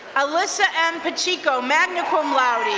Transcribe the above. alyssa m. pacheco, magna cum laude,